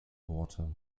worte